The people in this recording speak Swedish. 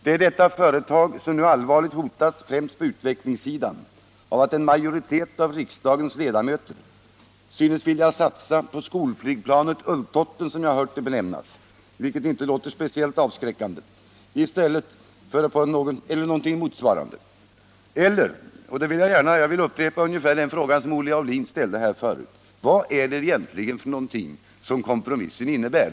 Det är detta företag som nu allvarligt hotas främst på utvecklingssidan av att en majoritet av riksdagens ledamöter synes vilja satsa på skolflygplanet Ulltotten —-jag har hört det benämnas så, och det låter ju inte speciellt avskräckande — i stället för på SK 38/A 38 eller motsvarande. Eller vad är det —-jag vill upprepa den fråga som Olle Aulin ställde — egentligen som kompromissen innebär?